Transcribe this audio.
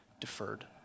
deferred